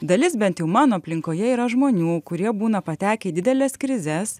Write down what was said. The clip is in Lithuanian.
dalis bent jau mano aplinkoje yra žmonių kurie būna patekę į dideles krizes